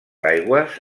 aigües